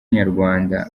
nyarwanda